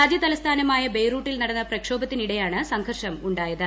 രാജ്യ തലസ്ഥാനമായ ബെയ്റൂട്ടിൽ നടന്ന പ്രക്ഷോഭത്തിനിടെയാണ് സംഘർഷം ഉണ്ടായത്